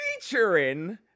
Featuring